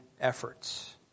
efforts